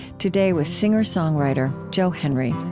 today, with singer-songwriter joe henry.